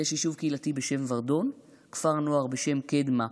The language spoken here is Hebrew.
יש יישוב קהילתי בשם ורדון, כפר נוער בשם קדמה,